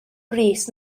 brys